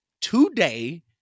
today